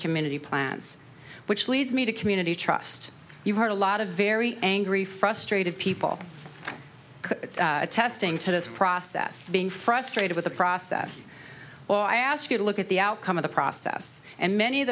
community plants which leads me to community trust you've heard a lot of very angry frustrated people attesting to this process being frustrated with the process or i ask you to look at the outcome of the process and many of